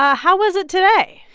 ah how was it today?